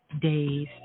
days